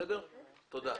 תודה.